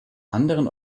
anderen